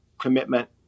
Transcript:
commitment